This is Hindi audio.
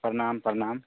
प्रणाम प्रणाम